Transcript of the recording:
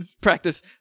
practice